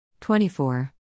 24